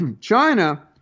China